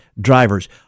drivers